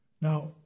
Now